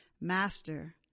Master